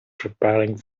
preparing